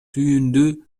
түйүндү